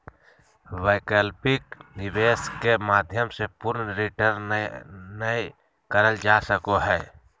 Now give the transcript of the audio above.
वैकल्पिक निवेश के माध्यम से पूर्ण रिटर्न नय करल जा सको हय